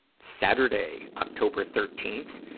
saturday, october thirteenth,